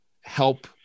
help